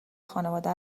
خانواده